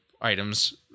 items